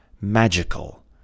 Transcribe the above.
magical